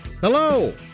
Hello